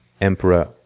Emperor